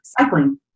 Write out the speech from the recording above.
cycling